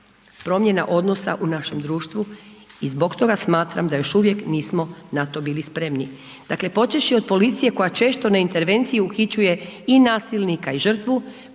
promjena odnosa u našem društvu i zbog toga smatram da još uvijek nismo na to bili spremni. Dakle počevši od policije koja često na intervenciji uhićuje i nasilnika i žrtvu